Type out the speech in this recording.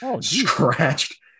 scratched